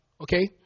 Okay